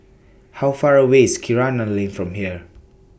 How Far away IS Kinara Lane from here